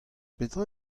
petra